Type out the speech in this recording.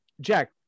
Jack